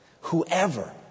Whoever